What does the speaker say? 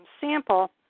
sample